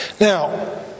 Now